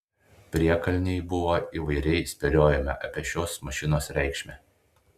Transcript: priekalnėj buvo įvairiai spėliojama apie šios mašinos reikšmę